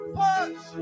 push